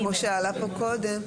כמו שעלה פה קודם,